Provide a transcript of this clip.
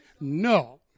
No